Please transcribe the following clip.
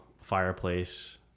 fireplace